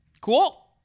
Cool